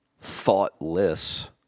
thoughtless